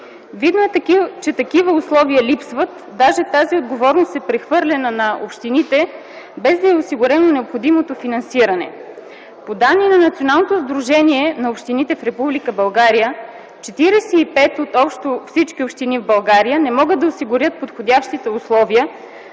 Видно е, че такива условия липсват, даже тази отговорност е прехвърлена на общините, без да е осигурено необходимото финансиране. По данни на Националното сдружение на общините в Република България от всички общини в България 45 общини не могат да осигурят подходящите условия.